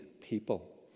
people